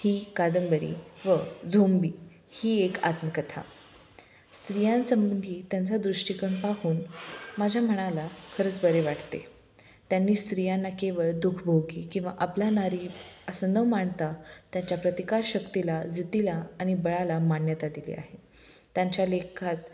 ही कादंबरी व झोंबी ही एक आत्मकथा स्त्रियां संबंधी त्यांचा दृष्टिकोन पाहून माझ्या मनाला खरंच बरे वाटते त्यांनी स्त्रियांना केवळ दुखभोगी किंवा अबला नारी असं न मांडता त्यांच्या प्रतिकार शक्तीला जिद्दीला आणि बळाला मान्यता दिली आहे त्यांच्या लेखात